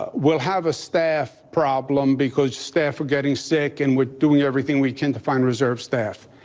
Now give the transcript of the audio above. ah we'll have a staff problem because staff are getting sick and we're doing everything we can to find reserve staff.